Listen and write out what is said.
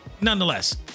nonetheless